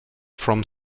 from